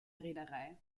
reederei